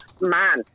man